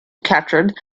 captured